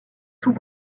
tout